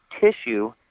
tissue